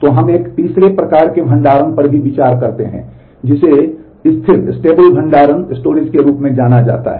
तो हम एक तीसरे प्रकार के भंडारण पर भी विचार करते हैं जिसे स्थिर के रूप में जाना जाता है